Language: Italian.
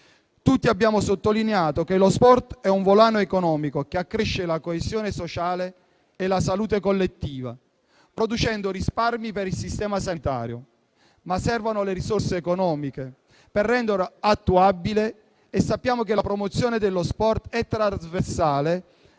Tutti abbiamo sottolineato che lo sport è un volano economico che accresce la coesione sociale e la salute collettiva, producendo risparmi per il sistema sanitario; ma servono le risorse economiche per renderlo attuabile e sappiamo che la promozione dello sport è trasversale